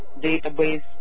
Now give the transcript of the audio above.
database